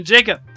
Jacob